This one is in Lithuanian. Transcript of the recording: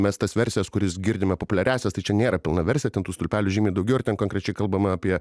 mes tas versijas kuris girdime populiariąsias tai čia nėra pilna versija ten tų stulpelių žymiai daugiau ten konkrečiai kalbama apie